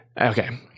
Okay